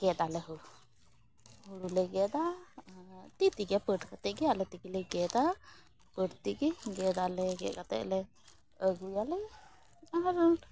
ᱜᱮᱫᱟᱞᱮ ᱦᱳᱲᱳ ᱦᱳᱲᱳ ᱞᱮ ᱜᱮᱫᱟ ᱟᱨ ᱛᱤ ᱛᱮᱜᱮ ᱯᱟᱹᱴ ᱠᱟᱛᱮ ᱜᱮ ᱟᱞᱮ ᱛᱮᱜᱮ ᱞᱮ ᱜᱮᱫᱟ ᱯᱟᱹᱴ ᱛᱮᱜᱮ ᱜᱮᱫᱟᱞᱮ ᱜᱮᱫ ᱠᱟᱛᱮᱫ ᱞᱮ ᱟᱹᱜᱩᱭᱟᱞᱮ ᱟᱨ